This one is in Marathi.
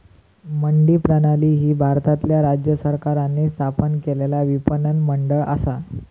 मंडी प्रणाली ही भारतातल्या राज्य सरकारांनी स्थापन केलेला विपणन मंडळ असा